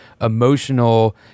emotional